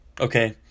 okay